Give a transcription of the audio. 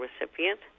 recipient